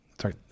Sorry